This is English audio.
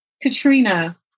Katrina